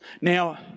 Now